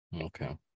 okay